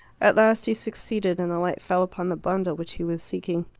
at last he succeeded, and the light fell upon the bundle which he was seeking.